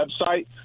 website